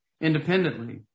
independently